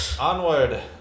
Onward